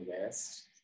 West